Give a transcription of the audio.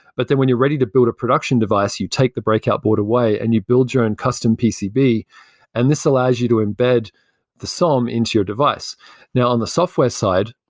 but then when you're ready to build a production device, you take the breakout board away and you build your own custom pcb and this allows you to embed the som into your device now on the software side,